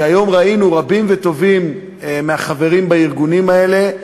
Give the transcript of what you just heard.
שהיום ראינו רבים וטובים מהחברים בארגונים האלה.